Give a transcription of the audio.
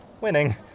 winning